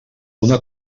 una